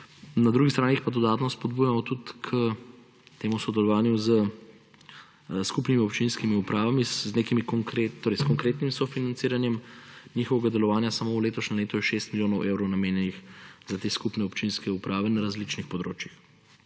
Na drugi strani jih pa dodatno spodbujamo tudi k temu sodelovanju s skupnimi občinskimi upravami, s konkretnim sofinanciranjem njihovega delovanja. Samo v letošnjem letu je 6 milijonov evrov namenjenih za te skupne občinske uprave na različnih področjih.